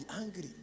angry